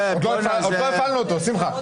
עוד לא הפעלנו אותו, שמחה.